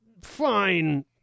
fine